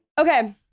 Okay